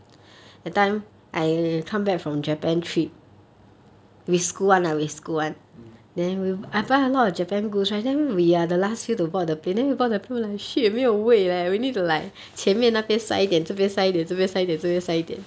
mm